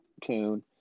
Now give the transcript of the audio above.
tune